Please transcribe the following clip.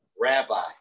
Rabbi